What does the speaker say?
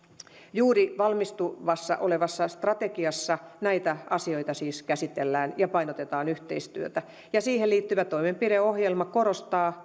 juuri valmistumassa olevassa strategiassa näitä asioita siis käsitellään ja painotetaan yhteistyötä ja siihen liittyvä toimenpideohjelma korostaa